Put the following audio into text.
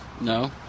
No